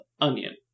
onion